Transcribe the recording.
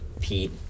Pete